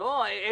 אני